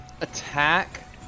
attack